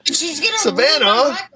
Savannah